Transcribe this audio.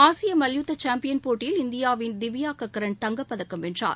ஆசிய மல்யுத்த சாம்பியன் போட்டியில் இந்தியாவின் திவ்யாகக்ரண் தங்கப்பதக்கம் வென்றார்